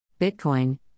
Bitcoin